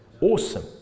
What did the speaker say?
Awesome